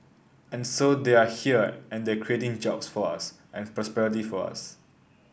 and so they are here and they are creating jobs for us and prosperity for us